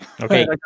okay